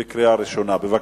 בבקשה.